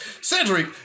Cedric